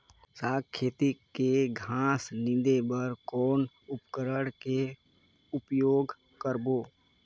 साग खेती के घास निंदे बर कौन उपकरण के उपयोग करबो?